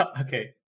Okay